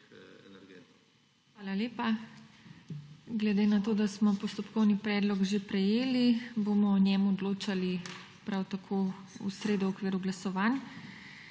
HEFERLE: Hvala lepa. Glede na to, da smo postopkovni predlog že prejeli, bomo o njem odločali prav tako v sredo v okviru glasovanj.